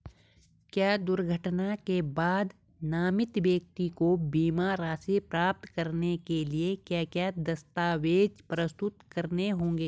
क्या दुर्घटना के बाद नामित व्यक्ति को बीमा राशि प्राप्त करने के लिए क्या क्या दस्तावेज़ प्रस्तुत करने होंगे?